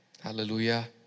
Hallelujah